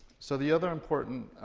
so the other important